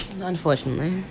Unfortunately